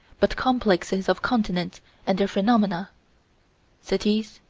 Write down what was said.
but complexes of continents and their phenomena cities,